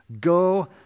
Go